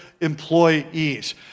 employees